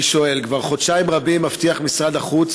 אני שואל: כבר חודשים רבים משרד החוץ